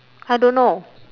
I don't know